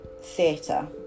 theatre